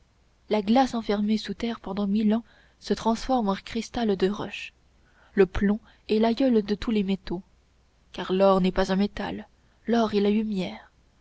la glace enfermée sous terre pendant mille ans se transforme en cristal de roche le plomb est l'aïeul de tous les métaux car l'or n'est pas un métal l'or est la lumière